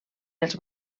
els